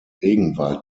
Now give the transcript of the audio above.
regenwald